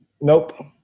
Nope